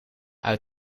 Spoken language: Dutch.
uit